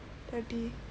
thirty